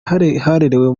haherewe